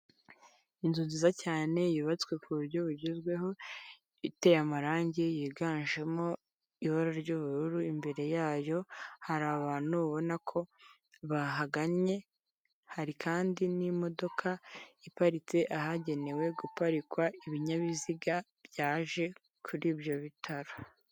Inzu nziza cyane yubatswe ku buryo bugezweho iteye amarangi yiganjemo ibara ry'ubururu, imbere yayo hari abantu ubona ko bahagannye, hari kandi n'imodoka iparitse ahagenewe guparikwa ibinyabiziga byaje kuri ibyo bitaro.